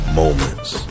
moments